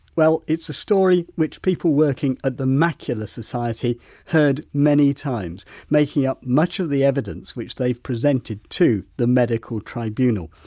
well, it's a story which people working at the macular society heard many times, making up much of the evidence which they've presented to the medical tribunal.